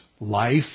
Life